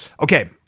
okay,